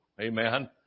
Amen